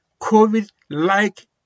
COVID-like